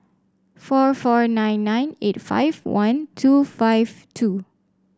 four four nine nine eight five one two five two